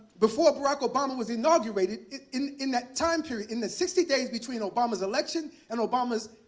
before barack obama was inaugurated, in in that time period, in the sixty days between obama's election and obama's